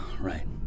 right